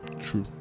True